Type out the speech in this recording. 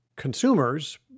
consumers